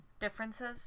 Differences